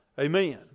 Amen